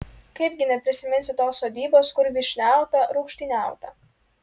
kaipgi neprisiminsi tos sodybos kur vyšniauta rūgštyniauta